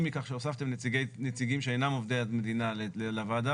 מכך שהוספתם נציגים שאינם עובדי המדינה לוועדה.